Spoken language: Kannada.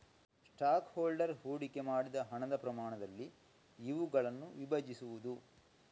ಸ್ಟಾಕ್ ಹೋಲ್ಡರ್ ಹೂಡಿಕೆ ಮಾಡಿದ ಹಣದ ಪ್ರಮಾಣದಲ್ಲಿ ಇವುಗಳನ್ನು ವಿಭಜಿಸುವುದು